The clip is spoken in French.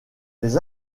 les